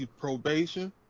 probation